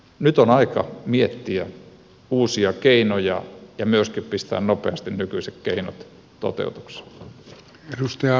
nyt on aika miettiä uusia keinoja ja myöskin pistää nopeasti nykyiset keinot toteutukseen